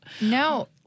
No